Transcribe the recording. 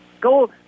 Go